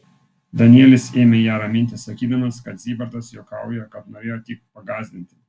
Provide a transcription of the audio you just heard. danielis ėmė ją raminti sakydamas kad zybartas juokauja kad norėjo tik pagąsdinti